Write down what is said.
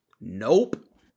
Nope